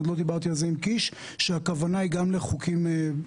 עוד לא דיברתי על זה עם קיש שהכוונה היא גם לחוקים פרטיים.